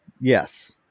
yes